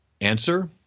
Answer